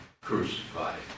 crucified